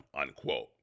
unquote